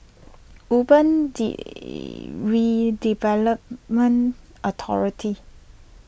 Urban Redevelopment Authority